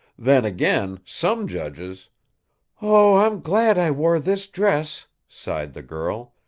then again, some judges oh, i'm glad i wore this dress! sighed the girl.